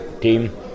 team